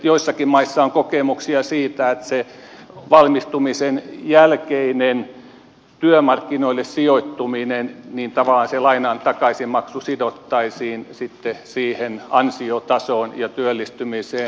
joissakin maissa on kokemuksia siitä että valmistumisen jälkeiseen työmarkkinoille sijoittumiseen liittyen tavallaan sen lainan takaisinmaksu sidottaisiin sitten siihen ansiotasoon ja työllistymiseen